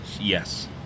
yes